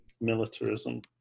militarism